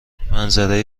منظره